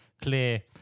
clear